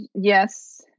yes